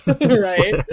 Right